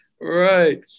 Right